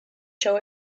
show